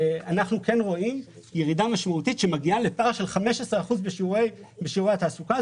רואים ירידה משמעותית שמגיעה לפער של 15 אחוזים בשיעורי התעסוקה.